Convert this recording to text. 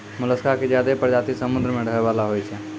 मोलसका के ज्यादे परजाती समुद्र में रहै वला होय छै